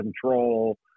control